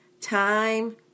time